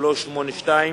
1382,